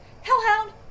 Hellhound